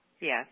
Yes